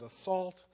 assault